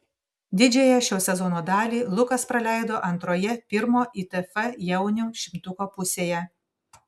didžiąją šio sezono dalį lukas praleido antroje pirmo itf jaunių šimtuko pusėje